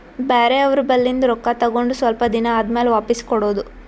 ಬ್ಯಾರೆ ಅವ್ರ ಬಲ್ಲಿಂದ್ ರೊಕ್ಕಾ ತಗೊಂಡ್ ಸ್ವಲ್ಪ್ ದಿನಾ ಆದಮ್ಯಾಲ ವಾಪಿಸ್ ಕೊಡೋದು